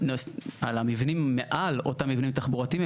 יחולו על המבנים מעל אותם מבנים תחבורתיים,